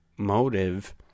Motive